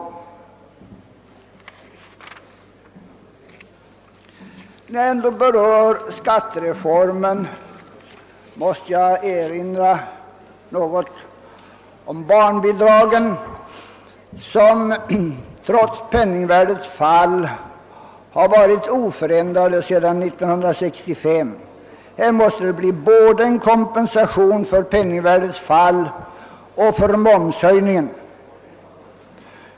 När jag ändå berör skattereformen måste jag erinra något om barnbidragen, som trots penningvärdets fall varit oförändrade sedan 1965. Här måste det bli en kompensation både för penningvärdets fall och för höjningen av momsen.